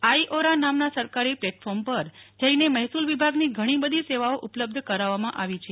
આઈ ઓરા નામના સરકારી પ્લેટફોર્મ પર જઈને મહેસૂલ વિભાગની ઘણી બધી સેવાઓ ઉપલબ્ધ કરાવવામાં આવી છે